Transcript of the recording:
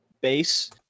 base